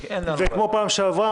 הנוהל הוא כמו בפעם שעברה,